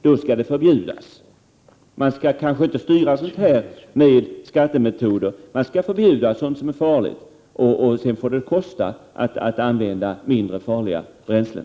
Man skall inte styra sådana här verksamheter med hjälp av skatter, utan man skall förbjuda sådant som är farligt, och sedan får det kosta att använda mindre farliga bränslen.